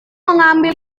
mengambil